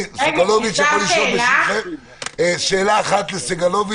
16:00. שאלה אחת לסגלוביץ',